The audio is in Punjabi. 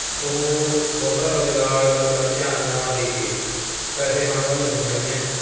ਉਹ ਬਹੁਤਾ ਰੁਜ਼ਗਾਰ ਵੱਲ ਧਿਆਨ ਨਾ ਦੇ ਕੇ ਪੈਸੇ ਖਾਣ ਵੱਲ ਲੱਗੀਆਂ ਹੋਈਆਂ